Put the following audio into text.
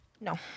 No